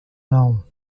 não